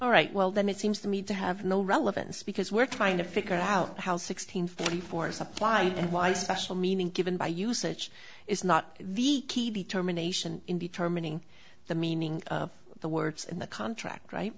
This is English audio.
all right well then it seems to me to have no relevance because we're trying to figure out how sixteen forty four supply and why special meaning given by usage is not the key be terminations in determining the meaning of the words in the contract right